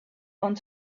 want